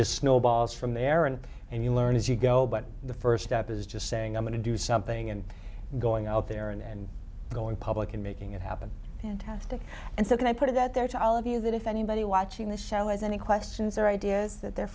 just snowballs from there and and you learn as you go but the first step is just saying i'm going to do something and going out there and going public and making it happen and testing and so can i put it that there to all of you that if anybody watching the show has any questions or ideas that they're